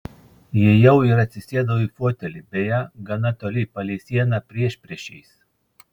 įėjau ir atsisėdau į fotelį beje gana toli palei sieną priešpriešiais